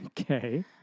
Okay